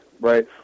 right